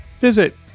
visit